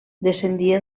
descendia